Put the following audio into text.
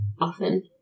often